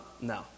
No